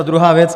A druhá věc.